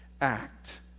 act